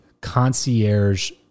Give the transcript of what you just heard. concierge